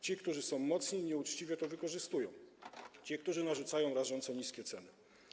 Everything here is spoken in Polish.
Ci, którzy są mocni i nieuczciwie to wykorzystują, ci, którzy narzucają rażąco niskie ceny.